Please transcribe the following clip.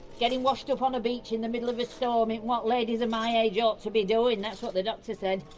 getting washed up on a beach in the middle of a storm and what ladies of my age ought to be doing, that's what the doctor said.